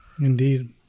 Indeed